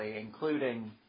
including